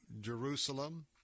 Jerusalem